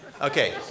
Okay